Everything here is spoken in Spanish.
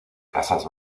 casas